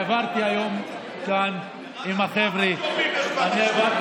העברתי כאן עם החבר'ה, כמה ג'ובים יש ברשות?